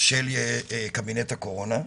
של קבינט הקורונה,